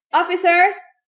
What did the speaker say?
officers!